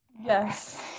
Yes